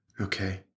Okay